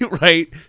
right